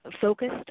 focused